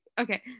Okay